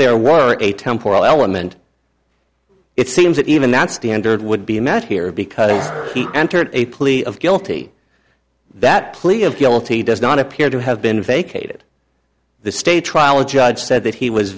there were a temporal element it seems that even that standard would be a matter here because he entered a plea of guilty that plea of guilty does not appear to have been vacated the state trial a judge said that he was